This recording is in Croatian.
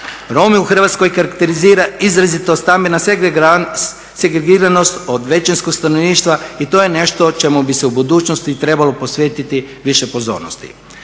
Rome u Hrvatskoj karakterizira izrazito stambena segregriranost od većinskog stanovništva i to je nešto o čemu bi se u budućnosti trebalo posvetiti više pozornosti.